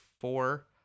four